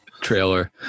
trailer